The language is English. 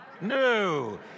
no